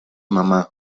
mamá